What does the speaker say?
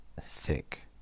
Thick